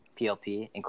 PLP